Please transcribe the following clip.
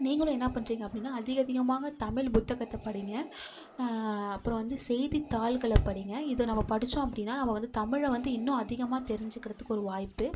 நீங்களும் என்ன பண்ணுறீங்க அப்படினால் அதிகதிகமாக தமிழ் புத்தகத்தை படிங்க அப்புறம் வந்து செய்தித்தாள்களை படிங்க இதை நம்ம படித்தோம் அப்படினால் நம்ம வந்து தமிழை வந்து இன்னும் அதிகமாக தெரிஞ்சுக்கிறதுக்கு ஒரு வாய்ப்பு